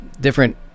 different